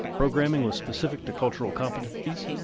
programming was specific to cultural competencies,